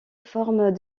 formes